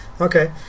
Okay